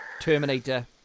Terminator